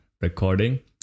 recording